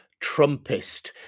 Trumpist